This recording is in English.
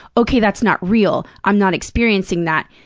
okay, that's not real. i'm not experiencing that.